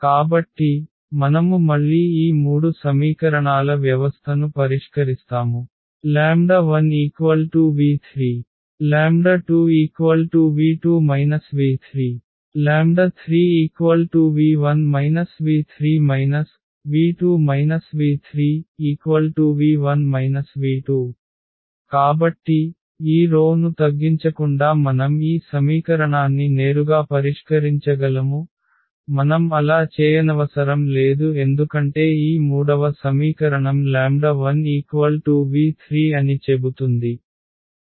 కాబట్టి మనము మళ్ళీ ఈ మూడు సమీకరణాల వ్యవస్థను పరిష్కరిస్తాము 1v3 2v2 v3 3v1 v3 v1 v2 కాబట్టి ఈ రో ను తగ్గించకుండా మనం ఈ సమీకరణాన్ని నేరుగా పరిష్కరించగలము మనం అలా చేయనవసరం లేదు ఎందుకంటే ఈ మూడవ సమీకరణం 1v3 అని చెబుతుంది